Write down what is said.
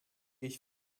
ich